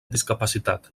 discapacitat